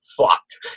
Fucked